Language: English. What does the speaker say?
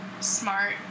smart